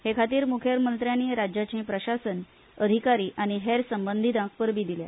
हे खातीर मुखेलमंत्र्यांनी राज्याचे प्रशासन अधिकारी आनी हेर संबंधीतांक परबी दिल्या